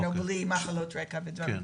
בלי מחלות רקע ודברים כאלה.